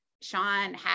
Sean